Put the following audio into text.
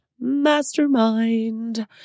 Mastermind